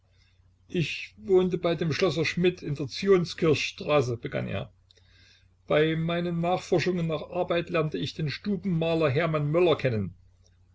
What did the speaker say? ich wohnte bei dem schlosser schmidt in der zionskirchstraße begann er bei meinen nachforschungen nach arbeit lernte ich den stubenmaler hermann möller kennen